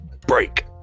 Break